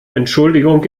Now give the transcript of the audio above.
entschuldigung